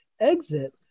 exit